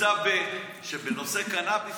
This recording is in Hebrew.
שבנושא קנביס,